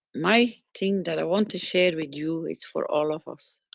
my thing that i want to share with you, it's for all of us.